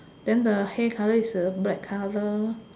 then the hair colour is a black colour